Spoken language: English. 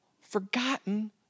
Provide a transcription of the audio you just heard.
forgotten